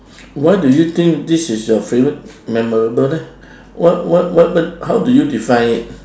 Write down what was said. why do you think this is your favourite memorable leh what what what what how do you defined it